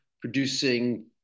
producing